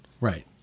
Right